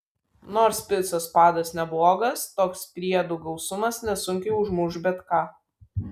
nors picos padas neblogas toks priedų gausumas nesunkiai užmuš bet ką